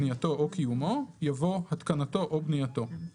בנייתו או קיומו" יבוא "התקנתו או בנייתו" (16)